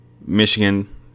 Michigan